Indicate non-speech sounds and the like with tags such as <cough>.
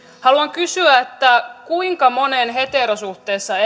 haluan kysyä kuinka monen heterosuhteessa <unintelligible>